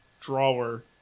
drawer